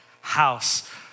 house